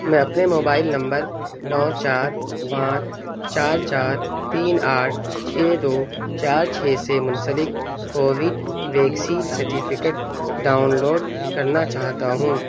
میں اپنے mobile number نو چار پانچ چار چار تین آٹھ چھ دو چار چھ سے منسلک کووڈ ویکسین سرٹیفکیٹ ڈاؤنلوڈ کرنا چاہتا ہوں